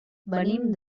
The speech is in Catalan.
venim